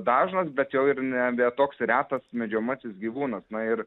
dažnas bet jau ir nebe toks retas medžiojamasis gyvūnas na ir